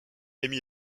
emmy